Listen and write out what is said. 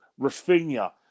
Rafinha